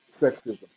sexism